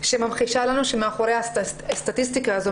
שממחישה לנו שמאחורי הסטטיסטיקה הזאת,